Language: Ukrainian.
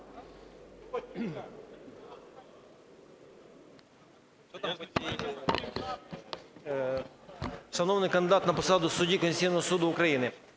надається кандидату на посаду судді Конституційного Суду України